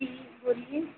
जी बोलिए